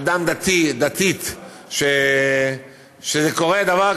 אדם דתי, דתייה, כשקורה דבר כזה,